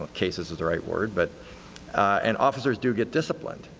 case is is the right word, but and officers do get disciplined.